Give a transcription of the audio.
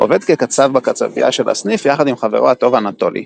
עובד כקצב בקצבייה של הסניף יחד עם חברו הטוב אנטולי.